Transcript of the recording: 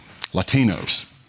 Latinos